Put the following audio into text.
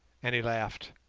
and he laughed.